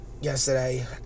yesterday